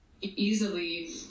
easily